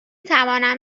توانم